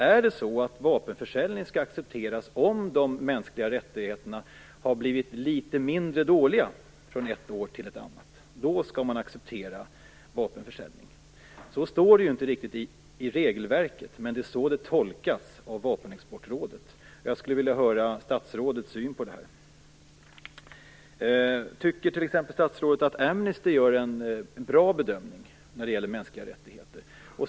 Är det så att vapenförsäljning skall accepteras om de mänskliga rättigheterna har blivit litet mindre dåliga från ett år till ett annat? Då skall man alltså acceptera vapenförsäljning. Så står det inte riktigt i regelverket, men det är så det tolkas av Vapenexportrådet. Jag skulle vilja höra statsrådets syn på detta. Tycker statsrådet att t.ex. Amnesty gör en bra bedömning när det gäller mänskliga rättigheter?